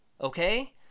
okay